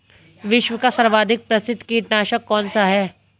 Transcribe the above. विश्व का सर्वाधिक प्रसिद्ध कीटनाशक कौन सा है?